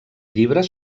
llibres